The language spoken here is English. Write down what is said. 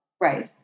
Right